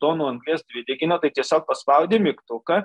tonų anglies dvi tikino tai tiesiog paspaudi mygtuką